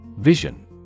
Vision